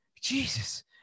Jesus